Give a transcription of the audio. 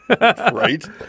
Right